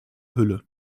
hülle